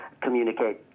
communicate